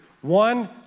one